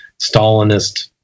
Stalinist